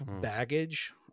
baggage